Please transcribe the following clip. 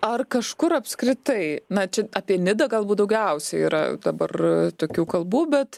ar kažkur apskritai na čia apie nidą galbūt daugiausiai yra dabar tokių kalbų bet